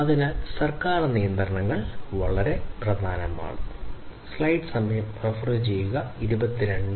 അതിനാൽ സർക്കാർ നിയന്ത്രണങ്ങൾ വളരെ പ്രധാനമാണ്